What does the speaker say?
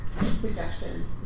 suggestions